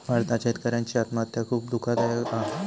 भारतात शेतकऱ्यांची आत्महत्या खुप दुःखदायक हा